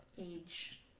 Age